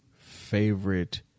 favorite